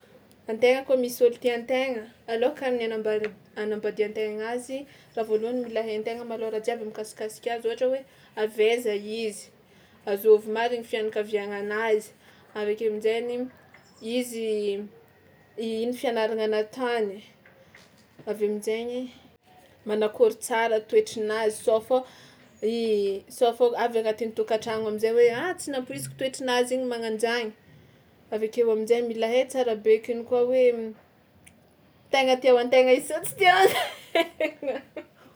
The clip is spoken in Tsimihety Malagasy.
An-tena kôa misy ôlo tia an-tegna alôhaka ny anambar- anambadian-tegna azy raha voalohany mila hain-tegna malôha raha jiaby mikasikasika azy ohatra hoe avy aiza izy, azôvy marina fianakaviànanazy avy akeo amin-jainy izy i- ino fianaragna natany avy eo amin-jainy manakôry tsara toetrinazy sao fô sao fô avy anatin'ny tôkantragno am'zay hoe: ah, tsy nampoiziko toetrinazy igny mana an-jany; avy akeo amin-jainy mila hay tsara be akeny koa hoe tena tia an-tena izy sa tsy tia.